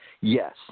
Yes